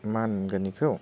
मान होनगोन बेखौ